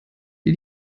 dir